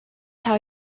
how